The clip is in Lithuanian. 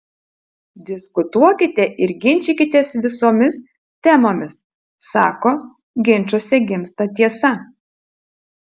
diskutuokite ir ginčykitės visomis temomis sako ginčuose gimsta tiesa